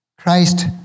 Christ